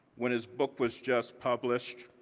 when his book was just published,